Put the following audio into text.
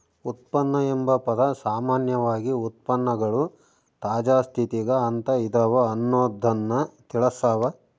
ಉತ್ಪನ್ನ ಎಂಬ ಪದ ಸಾಮಾನ್ಯವಾಗಿ ಉತ್ಪನ್ನಗಳು ತಾಜಾ ಸ್ಥಿತಿಗ ಅಂತ ಇದವ ಅನ್ನೊದ್ದನ್ನ ತಿಳಸ್ಸಾವ